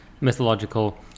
mythological